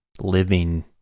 living